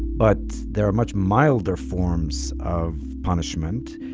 but there are much milder forms of punishment.